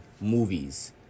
movies